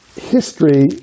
history